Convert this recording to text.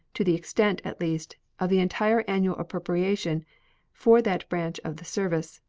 to the extent, at least, of the entire annual appropriation for that branch of the service,